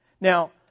Now